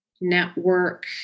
network